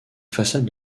façade